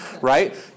right